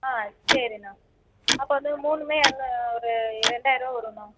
ஆ சரிண்ணா அப்போ வந்து மூணுமே என்ன ஒரு ரெண்டாயிரரூவா வருண்ணா